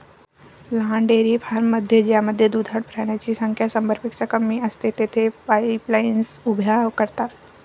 लहान डेअरी फार्ममध्ये ज्यामध्ये दुधाळ प्राण्यांची संख्या शंभरपेक्षा कमी असते, तेथे पाईपलाईन्स उभ्या करतात